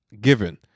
given